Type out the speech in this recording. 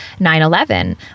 9-11